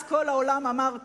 אז כל העולם אמר כן,